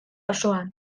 osoan